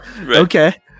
okay